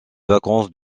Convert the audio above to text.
vacances